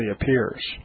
appears